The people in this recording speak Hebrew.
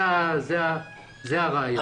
זה הרעיון.